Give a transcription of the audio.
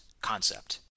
concept